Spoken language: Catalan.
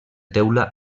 teula